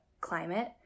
climate